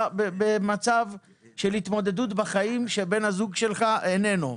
אתה במצב של התמודדות בחיים שבן הזוג שלך איננו.